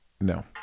No